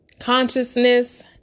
consciousness